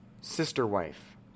sister-wife